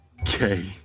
Okay